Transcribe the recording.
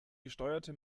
gesteuerte